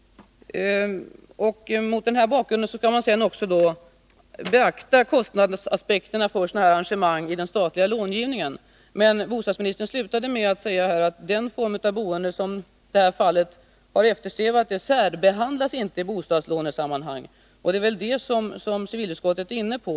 Mot denna bakgrund skall man sedan i den statliga långivningen beakta kostnaderna för sådana här arrangemang. Men bostadsministern slutade med att säga att den form av boende som i det här fallet har eftersträvats inte särbehandlas i bostadslånesammanhang. Och det är väl detta som civilutskottet är inne på.